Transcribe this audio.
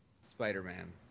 Spider-Man